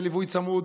בליווי צמוד.